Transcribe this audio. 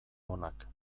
onak